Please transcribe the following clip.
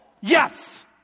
Yes